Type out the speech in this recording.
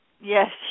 Yes